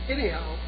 Anyhow